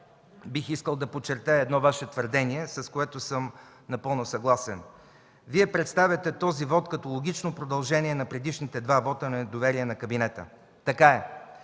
бих искал да подчертая едно Ваше твърдение, с което съм напълно съгласен. Вие представяте този вот като логично продължение на предишните два вота на недоверие на кабинета – така е.